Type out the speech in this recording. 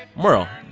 merle,